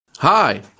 Hi